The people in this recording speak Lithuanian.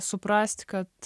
suprast kad